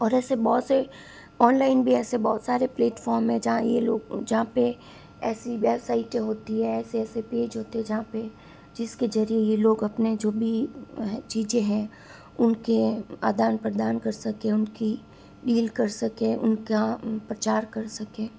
और ऐसे बहुत से ऑनलाइन भी ऐसे बहुत सारे प्लेटफार्म है जहाँ यह लोग जहाँ पर ऐसी वेबसाइटें होती है ऐसे ऐसे पेज़ होते है जहाँ पर जिसके ज़रिए यह लोग अपने जो भी है चीज़ें हैं उनके आदान प्रदान कर सकें उनकी डील कर सकें उनका प्रचार कर सकें